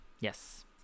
yes